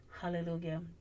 Hallelujah